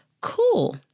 Cool